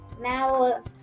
Now